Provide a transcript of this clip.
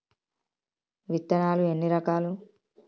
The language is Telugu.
విత్తనాలు ఎన్ని రకాలు?